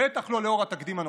בטח לא לאור התקדים הנוכחי.